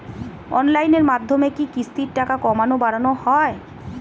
অনলাইনের মাধ্যমে কি কিস্তির টাকা কমানো বাড়ানো যায়?